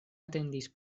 atendis